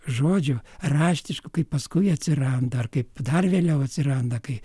žodžių raštiškų kaip paskui atsiranda ar kaip dar vėliau atsiranda kai